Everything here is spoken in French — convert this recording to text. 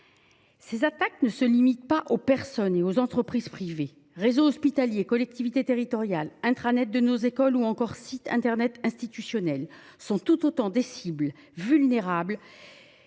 Ces attaques ne se limitent pas aux personnes et aux entreprises privées. Réseaux hospitaliers, collectivités territoriales, intranet de nos écoles ou encore sites internet institutionnels sont tout autant des cibles vulnérables